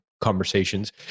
conversations